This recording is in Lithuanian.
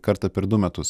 kartą per du metus